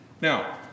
now